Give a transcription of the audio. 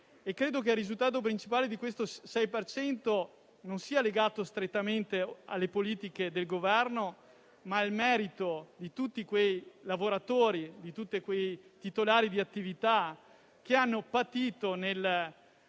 Credo che risultato principale di questo 6 per cento sia legato non strettamente alle politiche del Governo, ma al merito di tutti quei lavoratori, di tutti quei titolari di attività che hanno patito le